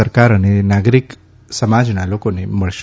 સરકાર અને નાગરિક સમાજના લોકોને મળશે